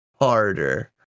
harder